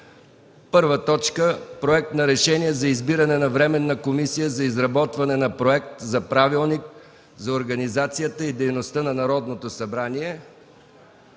22-23 май. 1. Проект за решение за избиране на Временна комисия за изработване на Проект за правилник за организацията и дейността на Народното събрание.